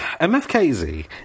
MFKZ